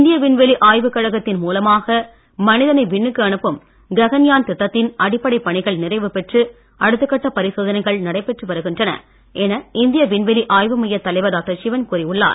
இந்திய விண்வெளி ஆய்வுக் கழகத்தின் மூலமாக மனிதனை விண்ணுக்கு அனுப்பும் ககன்யான் திட்டத்தின் அடிப்படை பணிகள் நிறைவு பெற்று அடுத்தகட்ட பரிசோதனைகள் நடைபெற்று வருகின்றன என இந்திய விண்வெளி ஆய்வு மைய தலைவர் சிவன் கூறியுள்ளார்